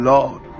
Lord